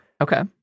Okay